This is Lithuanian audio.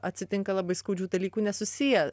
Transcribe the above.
atsitinka labai skaudžių dalykų nesusiję